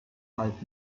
halb